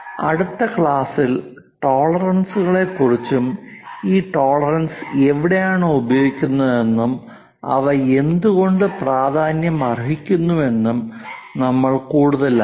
അടുത്ത ക്ലാസ്സിൽ ടോളറൻസുകളെക്കുറിച്ചും ഈ ടോളറൻസുകൾ എവിടെയാണ് ഉപയോഗിക്കുന്നതെന്നും അവ എന്തുകൊണ്ട് പ്രാധാന്യമർഹിക്കുന്നുവെന്നും നമ്മൾ കൂടുതലറിയും